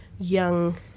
young